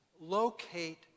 locate